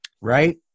right